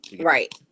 Right